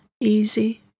easy